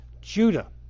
Judah